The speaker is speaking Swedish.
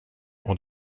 och